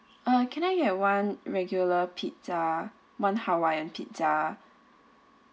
uh can I get one regular pizza one hawaiian pizza